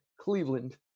Cleveland